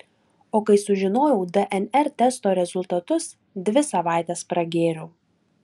o kai sužinojau dnr testo rezultatus dvi savaites pragėriau